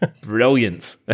brilliant